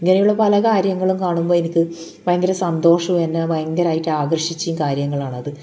ഇങ്ങനെയുള്ള പല കാര്യങ്ങളും കാണുമ്പോൾ എനിക്ക് ഭയങ്കര സന്തോഷോം എന്നെ ഭയങ്കരമായിട്ട് ആകർഷിച്ച കാര്യങ്ങളാണത്